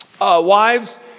wives